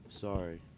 Sorry